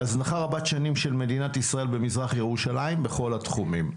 הזנחה רבת שנים של מדינת ישראל במזרח ירושלים בכל התחומים,